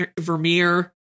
Vermeer